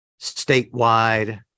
statewide